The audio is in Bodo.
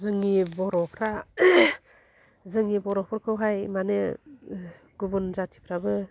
जोंनि बर'फ्रा जोंनि बर'फोरखौहाय माने गुबुन जाथिफ्राबो